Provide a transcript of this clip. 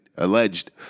Alleged